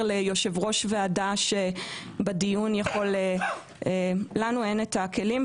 ליושב-ראש ועדה שבדיון יכול היה -- -לנו אין את הכלים,